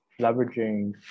leveraging